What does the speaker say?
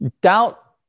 doubt